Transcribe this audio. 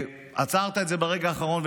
ועצרת את זה ברגע האחרון,